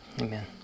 amen